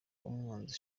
umwanzi